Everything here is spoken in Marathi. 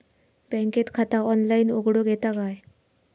बँकेत खाता ऑनलाइन उघडूक येता काय?